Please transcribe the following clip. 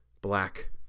black